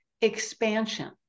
expansion